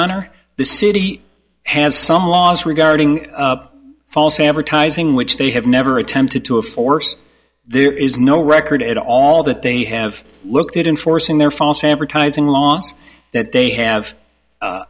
honor the city has some laws regarding false advertising which they have never attempted to a force there is no record at all that they have looked at enforcing their false advertising laws that they have